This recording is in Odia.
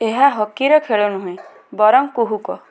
ଏହା ହକିର ଖେଳ ନୁହେଁ ବରଂ କୁହୁକ